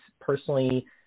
personally